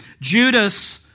Judas